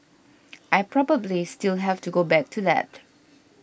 I probably still have to go back to that